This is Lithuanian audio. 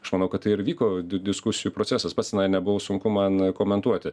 aš manau kad ir vyko di diskusijų procesas pats tenai nebuvau sunku man komentuoti